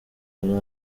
yari